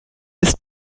ist